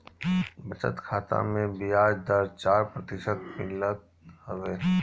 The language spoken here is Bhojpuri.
बचत खाता में बियाज दर चार प्रतिशत मिलत हवे